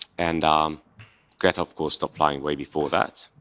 and um greta, of course, stopped flying way before that.